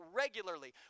regularly